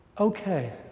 okay